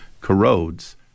corrodes